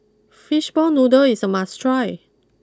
Fish Ball Noodle is a must try